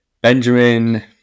Benjamin